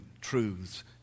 truths